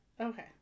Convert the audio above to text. Okay